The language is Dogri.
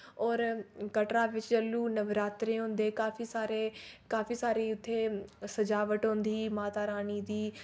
और कटरा बिच जैलूं नवरात्रे होंदे काफी सारे काफी सारे उत्थै सजावट होंदी माता रानी दी